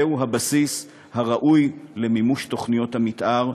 זהו הבסיס הראוי למימוש תוכניות המתאר,